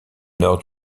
nord